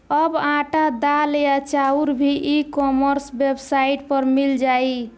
अब आटा, दाल या चाउर भी ई कॉमर्स वेबसाइट पर मिल जाइ